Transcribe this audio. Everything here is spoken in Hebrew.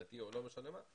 שנתי או לא משנה מה,